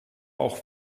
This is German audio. auch